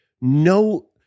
no